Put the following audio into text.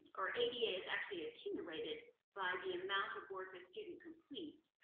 or ada is actually accumulated by the amount of work a student completes,